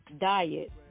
diet